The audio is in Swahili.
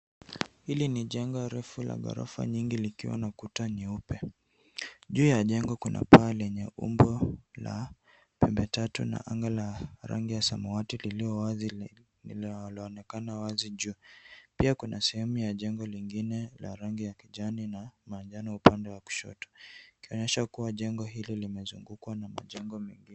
Hili ni jengo refu la ghorofa nyingi likiwa na kuta nyeupe juu ya jengo kuna paa lenye umbo la pembe tatu na anga la rangi ya samawati linalo wazi linaloonekana wazi juu, pia kuna sehemu ya jengo lingine la rangi ya kijani na manjano upande wa kushoto ikionyesha kuwa eneo hilo limezungukwa na majengo mengine.